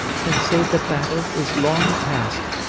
can say the battle is long past,